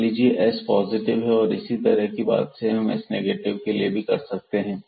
मान लीजिये s positive है और इसी तरह की बात हम s नेगेटिव के लिए कर सकते है